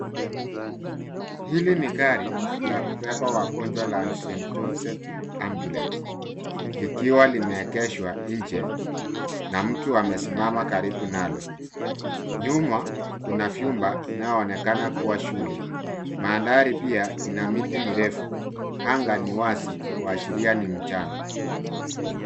Hili ni gari la kubeba wagonjwa la St Joseph's Ambulance , likiwa limeegeshwa nje na mtu amesimama karibu nalo. Nyuma kuna vyumba inaoonekana kuwa shule. Mandhari pia ina miti mirefu. Anga ni wazi kuashiria ni mchana.